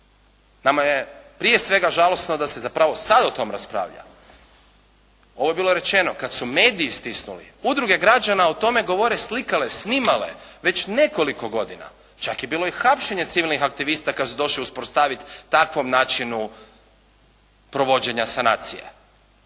Nama je prije svega žalosno da se zapravo sad o tom raspravlja. Ovo je bilo rečeno kad su mediji stisnuli. Udruge građana o tome govore, slikale, snimale već nekoliko godina. Čak je bilo i hapšenja civilnih aktivista kad su se došli suprotstavit takvom načinu provođenja sanacije.